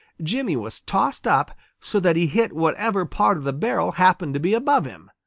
jimmy was tossed up so that he hit whatever part of the barrel happened to be above him.